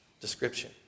description